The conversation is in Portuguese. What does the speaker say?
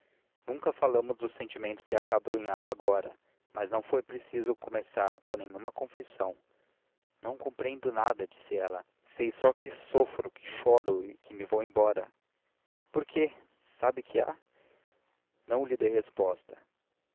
nunca falamos do sentimento que a acabrunhava agora mas não foi preciso começar por nenhuma confissão não compreendo nada dizia ela sei só que sofro que choro e que me vou embora por quê sabe que há não lhe dei resposta